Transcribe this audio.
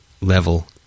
level